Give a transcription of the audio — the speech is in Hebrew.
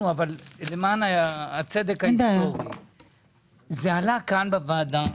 למען הצדק - זה עלה כאן בוועדה.